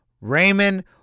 Raymond